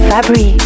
Fabri